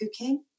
cooking